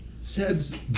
Seb's